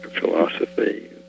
philosophy